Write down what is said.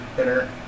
inner